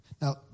Now